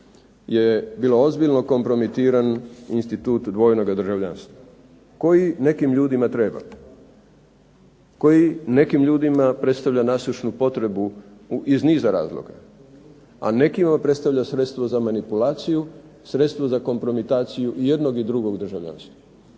je bilo ozbiljno kompromitiran institut dvojnoga državljanstva, koji nekim ljudima treba. Koji nekim ljudima predstavlja …/Ne razumije se./… potrebu iz niza razloga, a nekima predstavlja sredstvo za manipulaciju, sredstvo za kompromitaciju i jednog i drugog državljanstva.